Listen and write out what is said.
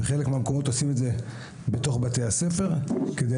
בחלק מהמקומות עושים את זה בתוך בתי הספר כדי